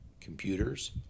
computers